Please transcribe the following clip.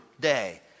day